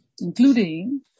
including